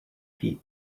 feet